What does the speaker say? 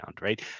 right